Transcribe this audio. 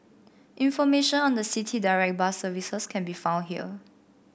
information on the City Direct bus services can be found here